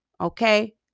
okay